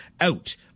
out